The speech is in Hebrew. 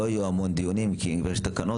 לא יהיו הרבה דיונים כי אם יש תקנות,